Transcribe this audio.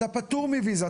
אתה פטור מוויזה,